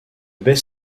best